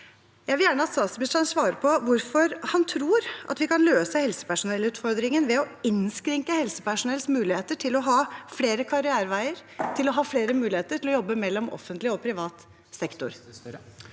Jeg vil gjerne at statsministeren svarer på hvorfor han tror vi kan løse helsepersonellutfordringen ved å innskrenke helsepersonells muligheter til å ha flere karriereveier, til å ha flere muligheter til å jobbe mellom offentlig og privat sektor.